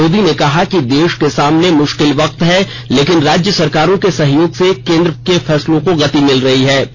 श्री मोदी ने कहा कि देश के सामने मुश्किल वक्त है लेकिन राज्य सरकारों के सहयोग से केन्द्र के फैसलों को गति मिल रही हैं